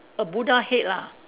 a Buddha head lah